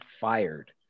fired